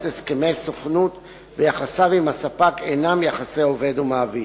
הסכמי סוכנות ואינם יחסי עובד ומעביד.